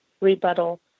rebuttal